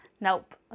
Nope